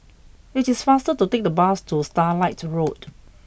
it is faster to take the bus to Starlight Road